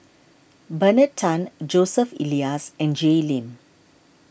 Bernard Tan Joseph Elias and Jay Lim